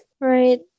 right